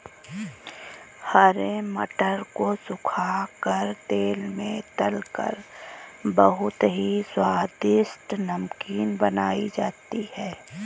हरे मटर को सुखा कर तेल में तलकर बहुत ही स्वादिष्ट नमकीन बनाई जाती है